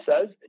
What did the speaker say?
says